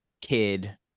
kid